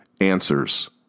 answers